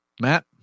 Matt